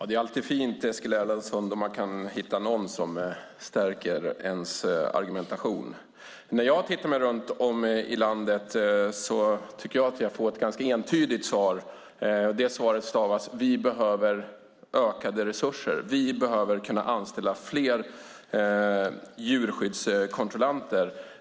Herr talman! Det är ju alltid bra, Eskil Erlandsson, om man kan hitta någon som stärker ens argumentation. När jag hör mig för i landet tycker jag att jag får ett ganska entydigt svar: Vi behöver ökade resurser. Vi behöver kunna anställa fler djurskyddskontrollanter.